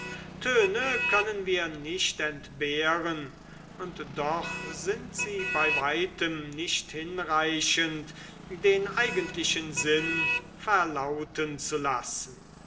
töne können wir nicht entbehren und doch sind sie bei weitem nicht hinreichend den eigentlichen sinn verlauten zu lassen